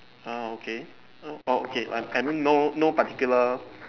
oh okay oh okay I mean no no particular